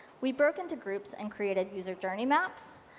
we broke into groups and created user journey maps.